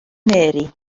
mary